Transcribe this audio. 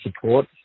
support